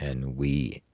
and we,